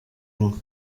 inka